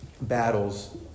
battles